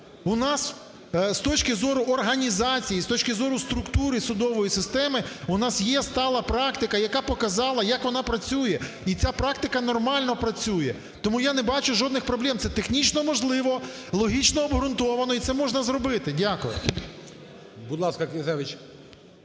У нас з точки зору організації, з точки зору структури судової системи, у нас є стала практика, яка показала, як вона працює, і ця практика нормально працює. Тому я не бачу жодних проблем, це технічно можливо, логічно обґрунтовано і це можна зробити. Дякую. ГОЛОВУЮЧИЙ. Будь ласка, Князевич.